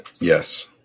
yes